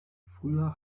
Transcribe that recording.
früher